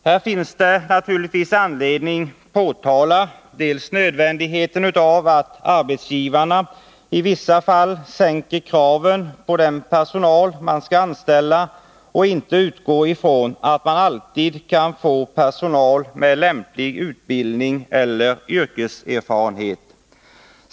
Här finns det anledning att påtala nödvändigheten av att arbetsgivarna i vissa fall sänker kraven på den personal som skall anställas och inte utgår ifrån att de alltid kan få personal med lämplig utbildning eller yrkeserfarenhet.